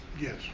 Yes